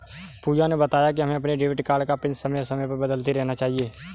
पूजा ने बताया कि हमें अपने डेबिट कार्ड का पिन समय समय पर बदलते रहना चाहिए